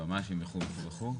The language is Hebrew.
יועמ"שים וכו'.